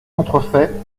entrefaites